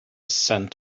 scent